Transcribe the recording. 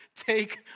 take